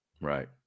Right